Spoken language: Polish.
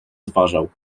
zważał